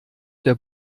der